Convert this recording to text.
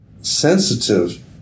sensitive